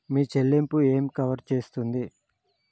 మీ చెల్లింపు ఏమి కవర్ చేస్తుంది?